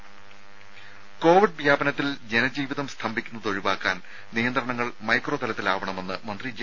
ദേദ കോവിഡ് വ്യാപനത്തിൽ ജനജീവിതം സ്തംഭിക്കുന്നത് ഒഴിവാക്കാൻ നിയന്ത്രണങ്ങൾ മൈക്രോതലത്തിൽ ആവണമെന്ന് മന്ത്രി ജെ